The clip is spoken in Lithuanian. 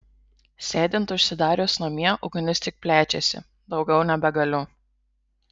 sėdint užsidarius namie ugnis tik plečiasi daugiau nebegaliu